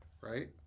Right